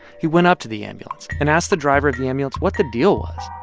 he went up to the ambulance and asked the driver of the ambulance what the deal was.